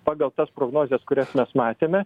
pagal tas prognozes kurias mes matėme